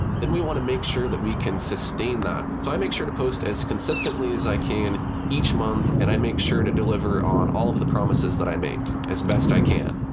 then we want to make sure that we can sustain that. so i make sure to post as consistently as i can each month, and i make sure to deliver on all of the promises that i make as best i can.